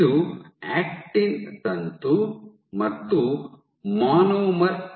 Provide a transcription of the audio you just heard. ಇದು ಆಕ್ಟಿನ್ ತಂತು ಮತ್ತು ಮಾನೋಮರ್ ಆಗಿದೆ